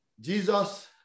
Jesus